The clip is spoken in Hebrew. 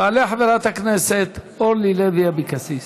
תעלה חברת הכנסת אורלי לוי-אבקסיס.